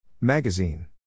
Magazine